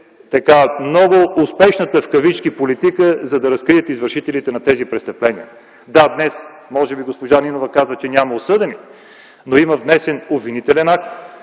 имахте много успешната в кавички политика, за да разкриете извършителите на тези престъпления. Да, днес госпожа Нинова каза, че няма осъдени, но има внесен обвинителен акт